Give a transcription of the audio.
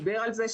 דיבר על זה,